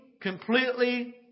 completely